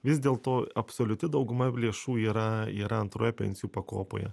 vis dėlto absoliuti dauguma lėšų yra yra antroje pensijų pakopoje